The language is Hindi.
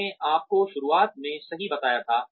मैंने आपको शुरुआत में सही बताया था